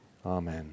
Amen